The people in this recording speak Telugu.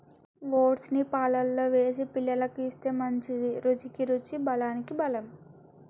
ఓట్స్ ను పాలల్లో వేసి పిల్లలకు ఇస్తే మంచిది, రుచికి రుచి బలానికి బలం